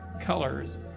colors